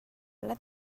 let